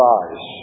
eyes